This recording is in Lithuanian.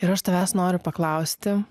ir aš tavęs noriu paklausti